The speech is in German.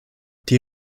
die